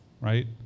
right